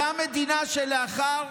אותה מדינה שלאחר